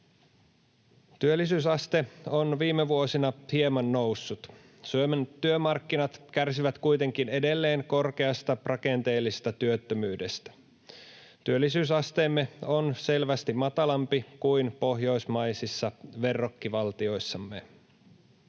Työllisyysaste on viime vuosina hieman noussut. Suomen työmarkkinat kärsivät kuitenkin edelleen korkeasta rakenteellisesta työttömyydestä. Työllisyysasteemme on selvästi matalampi kuin pohjoismaisissa verrokkivaltioissamme.